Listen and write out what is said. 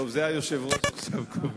טוב, עכשיו היושב-ראש קובע.